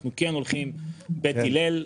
אנחנו כן הולכים בית הלל.